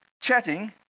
chatting